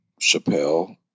Chappelle